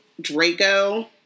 Draco